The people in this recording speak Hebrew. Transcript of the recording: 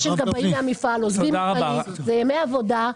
אנשים גם באים מהמפעל, עוזבים, זה ימי עבודה.